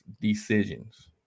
Decisions